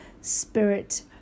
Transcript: spirit